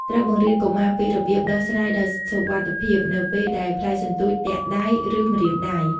ត្រូវបង្រៀនកុមារពីរបៀបដោះស្រាយដោយសុវត្ថិភាព នៅពេលដែល ផ្លែសន្ទូចទាក់ដៃ ឬម្រាមដៃ។